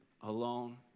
alone